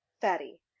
Fatty